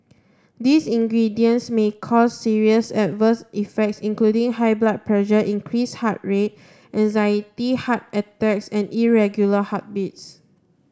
these ingredients may cause serious adverse effects including high blood pressure increased heart rate anxiety heart attacks and irregular heartbeats